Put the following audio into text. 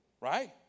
Right